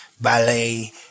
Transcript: ballet